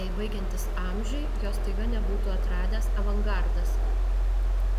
jei baigiantis amžiui jo staiga nebūtų atradęs avangardas